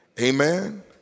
Amen